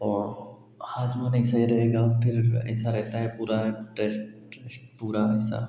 और हाजमा नहीं सही रहेगा फ़िर ऐसा रहता है पूरा ट्रश्ट ट्रश्ट पूरा ऐसा